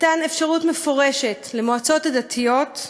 מתן אפשרות מפורשת למועצות הדתיות,